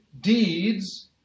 deeds